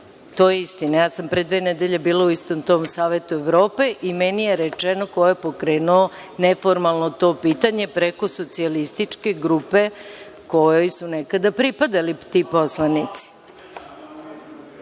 To je istina. Ja sam pre dve nedelje bila u istom tom Savetu Evrope i meni je rečeno ko je pokrenuo neformalno to pitanje preko socijalističke grupe kojoj su nekada pripadali ti poslanici.